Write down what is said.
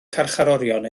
carcharorion